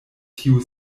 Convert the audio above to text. tiu